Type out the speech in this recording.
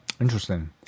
interesting